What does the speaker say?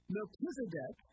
Melchizedek